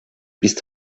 bis